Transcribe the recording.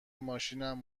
ماشینم